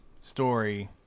story